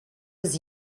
was